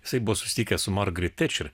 jisai buvo susitikęs su margaret tečer